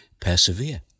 persevere